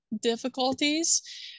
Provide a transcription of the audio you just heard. difficulties